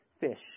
fish